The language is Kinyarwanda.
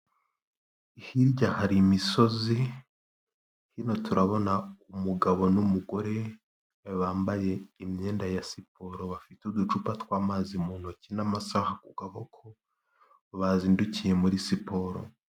Hirya hari imisozi, hino turabona umugabo n'umugore bambaye imyenda ya siporo bafite uducupa tw'amazi mu ntoki n'amasaha ku kaboko, bazindukiye muri siporo.